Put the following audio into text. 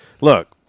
Look